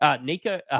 Nico